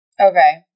Okay